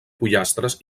pollastres